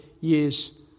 years